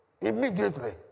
immediately